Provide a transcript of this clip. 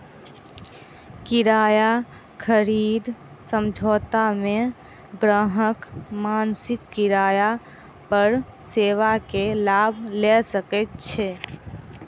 किराया खरीद समझौता मे ग्राहक मासिक किराया पर सेवा के लाभ लय सकैत छै